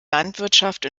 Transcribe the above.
landwirtschaft